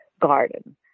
garden